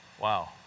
Wow